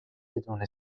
بدون